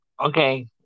Okay